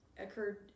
occurred